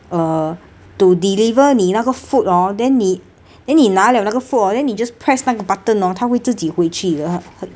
uh to deliver 你那个 food orh then 你 then 你拿 liao 那个 food orh then 你 just press 那个 button orh 它会自己会去了很